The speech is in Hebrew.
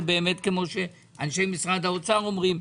כמו שאנשי משרד האוצר אומרים,